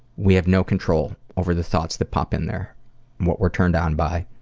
we have no control over the thoughts that pop in there what we're turned on by.